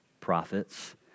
prophets